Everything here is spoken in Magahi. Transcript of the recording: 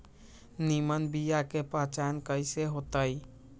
निमन बीया के पहचान कईसे होतई?